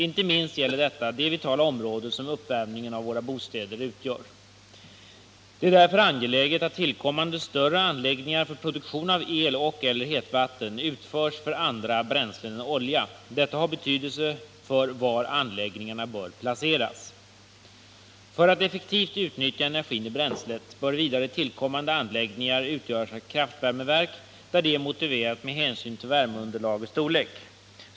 Inte minst gäller detta det vitala område som uppvärmningen av våra bostäder utgör. Det är därför angeläget att tillkommande större anläggningar för produktion av el och/eller hetvatten utförs för andra bränslen än olja. Detta har betydelse för var anläggningarna bör placeras. För att effektivt utnyttja energin i bränslet bör vidare tillkommande anläggningar utgöras av kraftvärmeverk där det är motiverat med hänsyn till värmeunderlagets storlek.